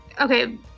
Okay